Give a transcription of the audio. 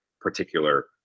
particular